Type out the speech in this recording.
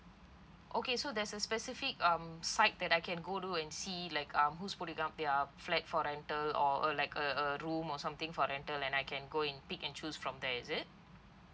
okay so there's a specific um site that I can go through and see like um who's putting up their flat for rental or uh like a a room or something for rental and I can go in pick and choose from there is it